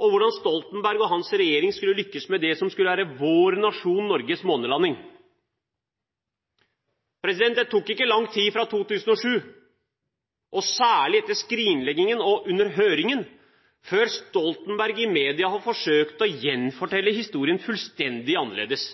og hvordan Stoltenberg og hans regjering skulle lykkes med det som skulle være vår nasjons, Norges, månelanding. Det tok ikke lang tid fra 2007, og særlig etter skrinleggingen og under høringen, før Stoltenberg i media forsøkte å gjenfortelle historien fullstendig annerledes,